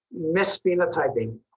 misphenotyping